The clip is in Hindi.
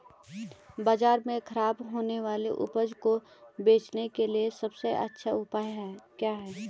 बाजार में खराब होने वाली उपज को बेचने के लिए सबसे अच्छा उपाय क्या हैं?